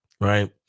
Right